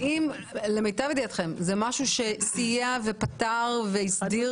האם, למיטב ידיעתכן, זה משהו שפתר והסדיר?